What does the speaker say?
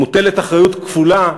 מוטלת אחריות כפולה,